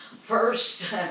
First